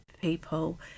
people